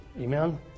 Amen